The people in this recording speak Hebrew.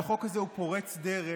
והחוק הזה הוא פורץ דרך